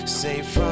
safe